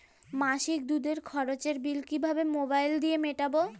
মাসিক দুধের খরচের বিল কিভাবে মোবাইল দিয়ে মেটাব?